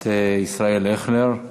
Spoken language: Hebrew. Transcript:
הכנסת ישראל אייכלר.